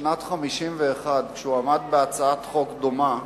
בשנת 1951, כשהוא עמד בהצעת חוק דומה,